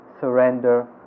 surrender